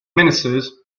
ministers